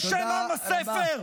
בשם עם הספר.